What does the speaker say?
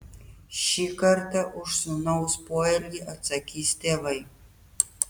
šį kartą už sūnaus poelgį atsakys tėvai